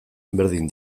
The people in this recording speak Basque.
berdin